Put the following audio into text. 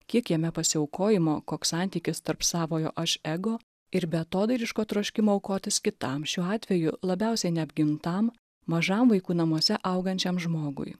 kiek jame pasiaukojimo koks santykis tarp savojo aš ego ir beatodairiško troškimo aukotis kitam šiuo atveju labiausiai neapgintam mažam vaikų namuose augančiam žmogui